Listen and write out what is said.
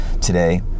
today